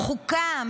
חוקה,